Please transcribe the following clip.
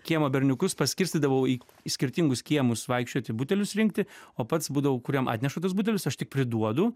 kiemo berniukus paskirstydavau į į skirtingus kiemus vaikščioti butelius rinkti o pats būdavau kuriam atneša tuos butelius aš tik priduodu